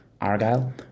Argyle